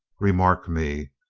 remark me!